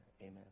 Amen